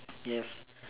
yup